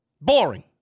Boring